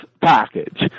package